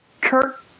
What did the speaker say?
Kurt